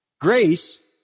Grace